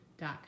dot